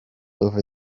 over